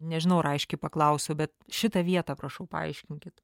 nežinau ar aiškiai paklausiau bet šitą vietą prašau paaiškinkit